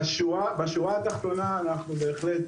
בשורה התחתונה, אנחנו בהחלט